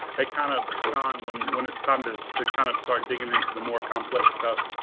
they kind of shine when when it's time to to kind of start digging into the more complex stuff,